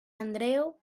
andreu